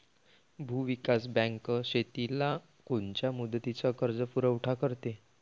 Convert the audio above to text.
भूविकास बँक शेतीला कोनच्या मुदतीचा कर्जपुरवठा करते?